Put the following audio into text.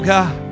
God